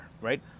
right